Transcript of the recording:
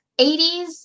80s